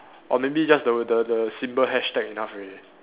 or maybe just the the the simple hashtag enough already